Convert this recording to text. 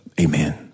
Amen